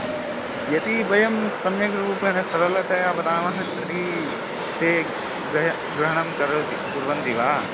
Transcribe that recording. यदि वयं सम्यग्रूपेण सरलतया वदामः तर्हि ते गय ग्रहणं करोति कुर्वन्ति वा